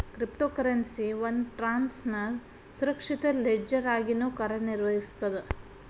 crypto currency ಒಂದ್ ಟ್ರಾನ್ಸ್ನ ಸುರಕ್ಷಿತ ಲೆಡ್ಜರ್ ಆಗಿನೂ ಕಾರ್ಯನಿರ್ವಹಿಸ್ತದ